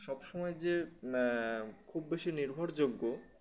সব সময় যে খুব বেশি নির্ভরযোগ্য